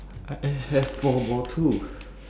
I have four more too